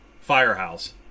firehouse